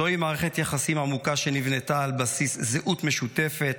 זוהי מערכת יחסים עמוקה שנבנתה על בסיס זהות משותפת,